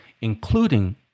including